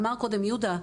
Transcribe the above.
אמר קודם יהודה,